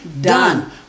done